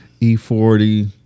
E40